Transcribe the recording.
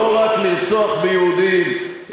לא רק לרצוח ביהודים,